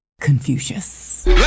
confucius